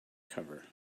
cover